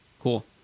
Cool